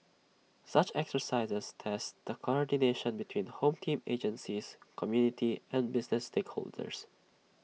such exercises test the coordination between home team agencies community and business stakeholders